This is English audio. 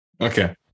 Okay